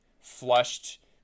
flushed